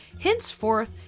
Henceforth